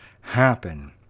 happen